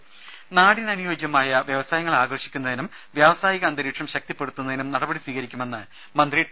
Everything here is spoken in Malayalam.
രുമ നാടിന് അനുയോജ്യമായ വ്യവസായങ്ങളെ ആകർഷിക്കുന്നതിനും വ്യാവസായിക അന്തരീക്ഷം ശക്തിപ്പെടുത്തുന്നതിനും നടപടി സ്വീകരിക്കുമെന്ന് മന്ത്രി ടി